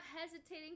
hesitating